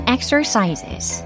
Exercises